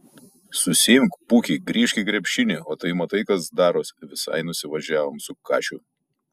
susiimk pūki grįžk į krepšinį o tai matai kas daros visai nusivažiavom su kašiu